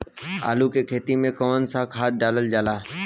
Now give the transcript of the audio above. आलू के खेती में कवन सा खाद डालल जाला?